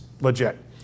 legit